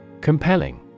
Compelling